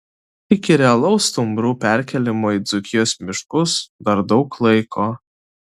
iki realaus stumbrų perkėlimo į dzūkijos miškus dar daug laiko